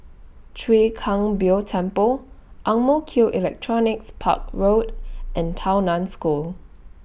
Chwee Kang Beo Temple Ang Mo Kio Electronics Park Road and Tao NAN School